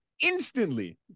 instantly